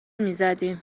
میزدیم